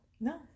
No